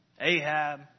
Ahab